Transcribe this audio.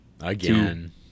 Again